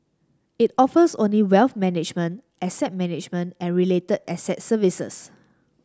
it offers only wealth management asset management and related asset services